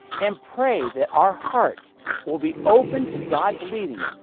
and pray that our hearts will be open to god's leading,